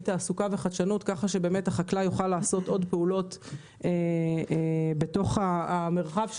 כך שהחקלאי יוכל לבצע עוד פעולות בתוך המרחב שלו.